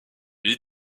unité